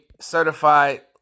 Certified